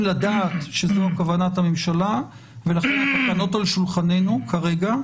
לדעת שזו כוונת הממשלה ולכן התקנות על שולחננו כרגע,